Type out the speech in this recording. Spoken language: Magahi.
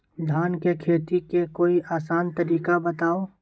धान के खेती के कोई आसान तरिका बताउ?